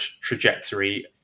trajectory